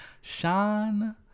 Sean